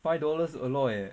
five dollars a lot leh